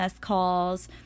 calls